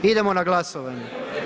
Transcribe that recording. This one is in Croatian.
Idemo na glasovanje.